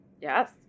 Yes